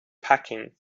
packing